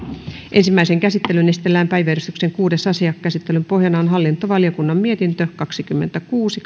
ensimmäiseen käsittelyyn esitellään päiväjärjestyksen kuudes asia käsittelyn pohjana on hallintovaliokunnan mietintö kaksikymmentäkuusi